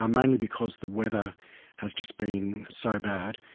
um mainly because the weather has just been so bad.